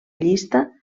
llista